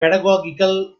pedagogical